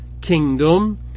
kingdom